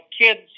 kids